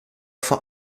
vor